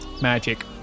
magic